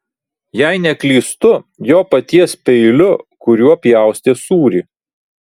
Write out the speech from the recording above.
jei neklystu jo paties peiliu kuriuo pjaustė sūrį